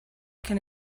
can